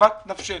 כבבת נפשנו.